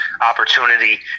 opportunity